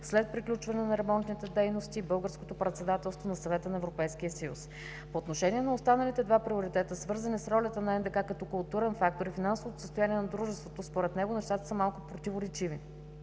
след приключване на ремонтните дейности и Българското председателство на Съвета на Европейския съюз. По отношение на останалите два приоритета, свързани с ролята на НДК като културен фактор и финансовото състояние на дружеството, според него нещата са малко противоречиви.